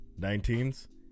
Nineteens